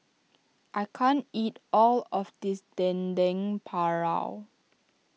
I can't eat all of this Dendeng Paru